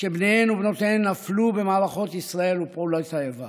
שבניהן ובנותיהן נפלו במערכות ישראל ופעולות האיבה.